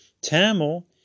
Tamil